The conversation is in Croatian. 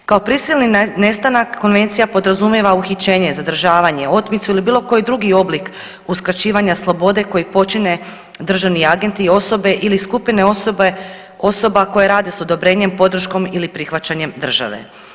Kao prisilni nestanak Konvencija podrazumijeva uhićenje, zadržavanje, otmicu ili bilo koji drugi oblik uskraćivanja slobode koji počine državni agenti i osobe, ili skupine osoba koje rade s odobrenjem, podrškom ili prihvaćanjem države.